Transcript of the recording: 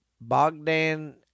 Bogdan